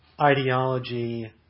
ideology